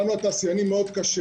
גם לתעשיינים מאוד קשה